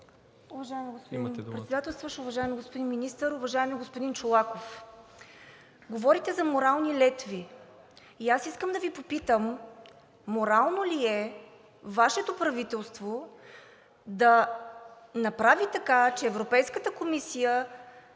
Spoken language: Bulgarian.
Уважаеми господин Председателстващ, уважаеми господин Министър! Уважаеми господин Чолаков, говорите за морални летви и аз искам да Ви попитам: морално ли е Вашето правителство да направи така, че Европейската комисия